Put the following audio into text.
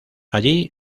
allí